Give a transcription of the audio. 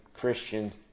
Christian